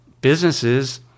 businesses